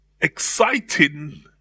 exciting